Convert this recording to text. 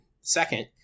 second